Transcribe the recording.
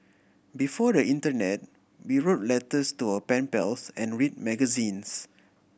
before the internet we wrote letters to our pen pals and read magazines